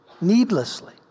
needlessly